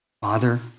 Father